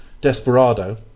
Desperado